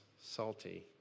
salty